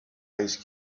ice